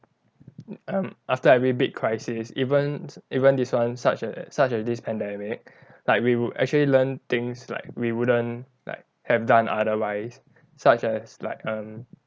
um after every big crisis even even this one such as such as this pandemic like we would actually learn things like we wouldn't like have done otherwise such as like um